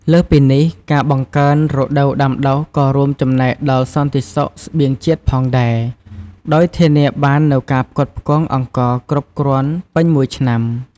លើសពីនេះ ការបង្កើនរដូវដាំដុះក៏រួមចំណែកដល់សន្តិសុខស្បៀងជាតិផងដែរ ដោយធានាបាននូវការផ្គត់ផ្គង់អង្ករគ្រប់គ្រាន់ពេញមួយឆ្នាំ។